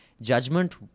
Judgment